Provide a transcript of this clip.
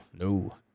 no